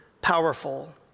powerful